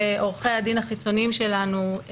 ועורכי הדין החיצוניים שלנו,